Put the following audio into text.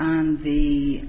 on the